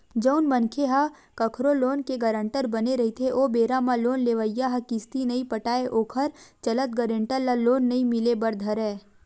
जउन मनखे ह कखरो लोन के गारंटर बने रहिथे ओ बेरा म लोन लेवइया ह किस्ती नइ पटाय ओखर चलत गारेंटर ल लोन नइ मिले बर धरय